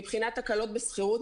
מבחינת הקלות בשכירות,